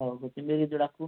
हो कोथिंबीर किती टाकू